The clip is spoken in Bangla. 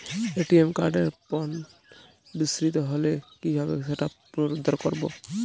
এ.টি.এম কার্ডের পিন বিস্মৃত হলে কীভাবে সেটা পুনরূদ্ধার করব?